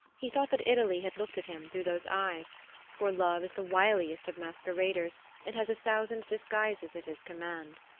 he thought that italy had looked at him through those eyes for love is the wiliest of masqueraders and has a thousand disguises at his command.